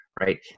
right